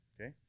Okay